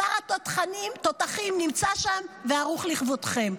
בשר התותחים נמצא שם וערוך לכבודכם.